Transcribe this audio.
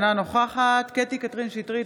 אינה נוכחת קטי קטרין שטרית,